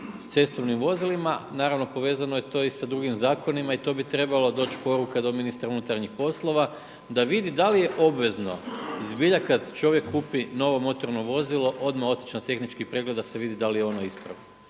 cestovnim vozilima, naravno povezano je to i s drugim zakonima i to bi trebalo doći poruka do ministra unutarnjih poslova, da vidi da li je obvezno zbilja kad čovjek kupi novo motorno vozilo odmah otići na tehnički pregled da se vidi da li je ono ispravno.